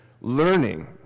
learning